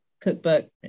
cookbook